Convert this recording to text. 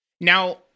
Now